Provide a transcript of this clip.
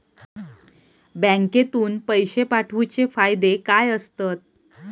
बँकेतून पैशे पाठवूचे फायदे काय असतत?